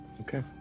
Okay